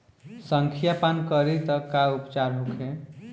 संखिया पान करी त का उपचार होखे?